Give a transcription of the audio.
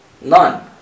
None